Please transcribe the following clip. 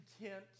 content